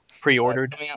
pre-ordered